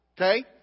Okay